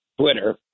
Twitter